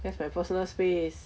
that's my personal space